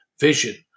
vision